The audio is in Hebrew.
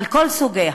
על כל סוגיה,